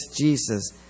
Jesus